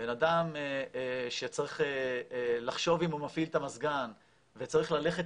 בן אדם שצריך לחשוב אם הוא מפעיל את המזגן וצריך ללכת